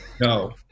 No